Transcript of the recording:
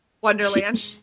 wonderland